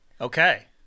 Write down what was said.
Okay